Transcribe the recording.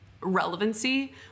relevancy